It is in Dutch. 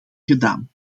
gedaan